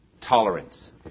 tolerance